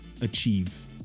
achieve